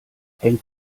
hängt